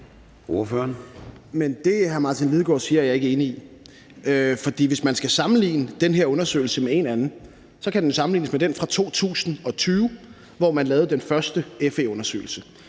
Men det, hr. Martin Lidegaard siger, er jeg ikke enig i, for hvis man skal sammenligne den her undersøgelse med en anden, så kan den jo sammenlignes med den fra 2020, hvor man lavede den første FE-undersøgelse,